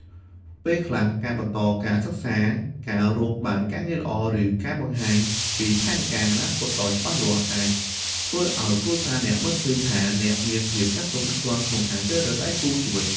ពេលខ្លះ ការបន្តការសិក្សា ការរកបានការងារល្អ ឬការបង្ហាញពីផែនការអនាគតដ៏ច្បាស់លាស់ អាចធ្វើឲ្យគ្រួសារអ្នកមើលឃើញថា អ្នកមានភាពចាស់ទុំគ្រប់គ្រាន់ក្នុងការជ្រើសរើសដៃគូជីវិត។